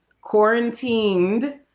quarantined